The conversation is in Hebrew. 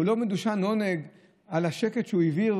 כולו מדושן עונג על השקט שהוא העביר